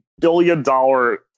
billion-dollar